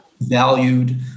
valued